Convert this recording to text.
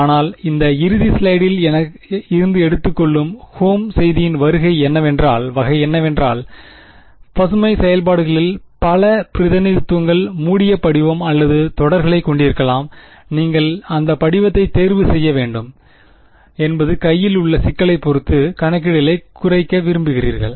ஆனால் இந்த இறுதி ஸ்லைடில் இருந்து எடுத்துக்கொள்ளும் ஹோம் செய்தியின் வகை என்னவென்றால் பசுமை செயல்பாடுகளில் பல பிரதிநிதித்துவங்கள் மூடிய படிவம் அல்லது தொடர்களைக் கொண்டிருக்கலாம் நீங்கள் அந்த படிவத்தை தேர்வு செய்ய வேண்டும் என்பது கையில் உள்ள சிக்கலைப் பொறுத்து கணக்கீடுகளை குறைக்க விரும்புகிறீர்கள்